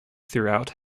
throughout